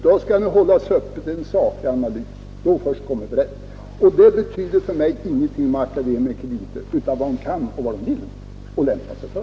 Då skall vi hålla hela frågan öppen för en saklig analys. Då först kommer vi rätt. För mig betyder det ingenting om någon är akademiker eller inte. Det som betyder något är vad man kan, vad man vill och vad man lämpar sig för.